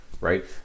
right